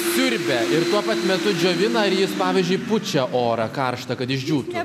siurbia ir tuo pat metu džiovina ir jis pavyzdžiui pučia orą karštą kad išdžiūtų